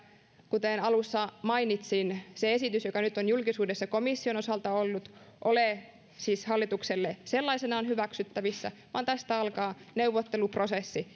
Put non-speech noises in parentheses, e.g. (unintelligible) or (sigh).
kuten alussa mainitsin se esitys joka nyt on julkisuudessa komission osalta ollut ole siis hallitukselle sellaisenaan hyväksyttävissä vaan tästä alkaa neuvotteluprosessi (unintelligible)